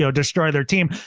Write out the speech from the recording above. so destroy their team.